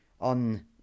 on